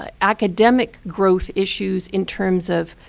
ah academic growth issues in terms of